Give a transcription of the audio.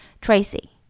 Tracy